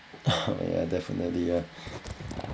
oh ya definitely ah